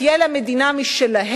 תהיה להם מדינה משלהם.